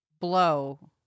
blow